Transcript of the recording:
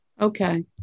Okay